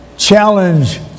challenge